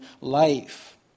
life